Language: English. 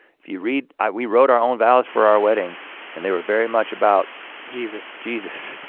if you read, we wrote our own vows for our wedding and they were very much about jesus jesus.